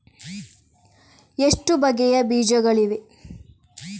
ಎಷ್ಟು ಬಗೆಯ ಬೀಜಗಳಿವೆ?